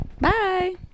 Bye